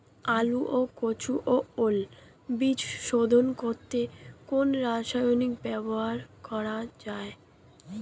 আলু ও কচু ও ওল বীজ শোধন করতে কোন রাসায়নিক ব্যবহার করা হয়?